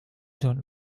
don’t